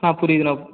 ஆ புரியுதுண்ணா